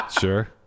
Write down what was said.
sure